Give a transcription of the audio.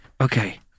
Okay